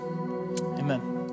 Amen